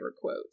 quote